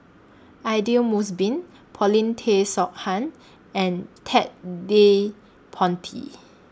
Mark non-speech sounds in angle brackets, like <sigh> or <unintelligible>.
Aidli Mosbit Paulin Tay <unintelligible> and Ted De Ponti